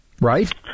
Right